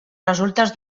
resultes